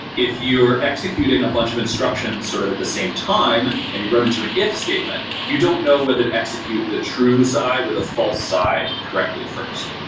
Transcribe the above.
if you are executing a bunch of instructions sort of at the same time and you run into an if statement, you don't know whether to execute the true side or the false side correctly first.